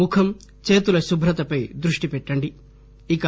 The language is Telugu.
ముఖం చేతుల శుభ్రతపై దృష్టి పెట్టండి ఇక